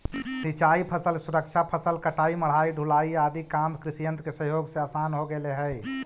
सिंचाई फसल के सुरक्षा, फसल कटाई, मढ़ाई, ढुलाई आदि काम कृषियन्त्र के सहयोग से आसान हो गेले हई